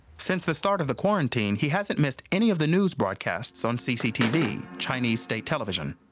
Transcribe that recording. since the start of the quarantine he hasn't missed any of the news broadcasts on cctv, chinese state television.